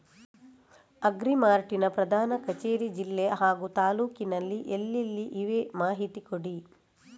Agri Mart ನ ಪ್ರಧಾನ ಕಚೇರಿ ಜಿಲ್ಲೆ ಹಾಗೂ ತಾಲೂಕಿನಲ್ಲಿ ಎಲ್ಲೆಲ್ಲಿ ಇವೆ ಮಾಹಿತಿ ಕೊಡಿ?